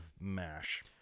Mash